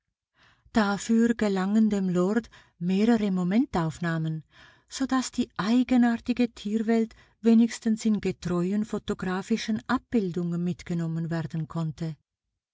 dafür gelangen dem lord mehrere momentaufnahmen so daß die eigenartige tierwelt wenigstens in getreuen photographischen abbildungen mitgenommen werden konnte